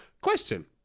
Question